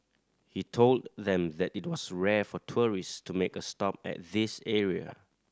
he told them that it was rare for tourist to make a stop at this area